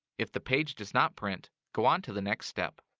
if the page does not print, go on to the next step.